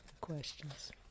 questions